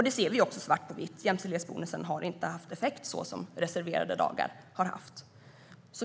Det ser vi också svart på vitt. Jämställdhetsbonusen har inte haft effekt så som reserverade dagar har haft.